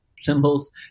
symbols